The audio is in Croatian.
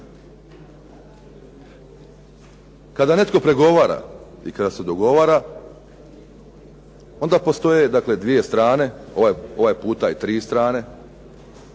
Kada netko pregovara i kada se dogovara, onda postoje dakle dvije strane. Ovaj puta i tri strane.